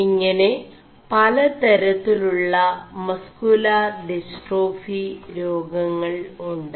ഇÆെന പലതരøിലുø muscular dystrophy േരാഗÆൾ ഉ്